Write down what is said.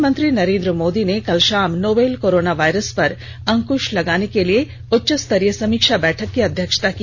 प्रधानमंत्री नरेन्द्र मोदी ने कल शाम नोवेल कोरोना वायरस पर अंकृश लगाने के लिए उच्चस्तरीय समीक्षा बैठक की अध्यक्षता की